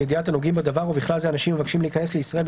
לידיעת הנוגעים בדבר ובכלל זה אנשים המבקשים להיכנס לישראל,